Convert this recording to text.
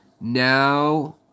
Now